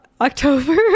October